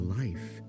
life